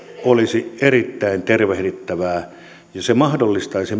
olisi erittäin tervehdittävää se mahdollistaisi